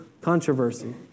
controversy